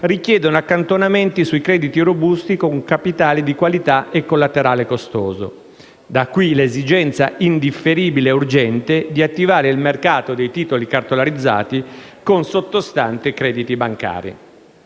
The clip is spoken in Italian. richiedono accantonamenti sui crediti robusti con capitale di qualità e collaterale costoso. Da qui l'esigenza indifferibile e urgente di attivare il mercato dei titoli cartolarizzati con sottostanti crediti bancari.